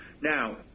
Now